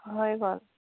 হয় গ'ল